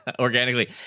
organically